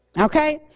Okay